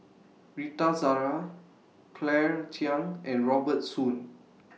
Rita Zahara Claire Chiang and Robert Soon